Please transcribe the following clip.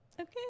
Okay